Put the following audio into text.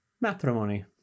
matrimony